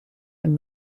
and